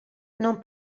non